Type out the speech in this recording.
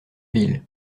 ville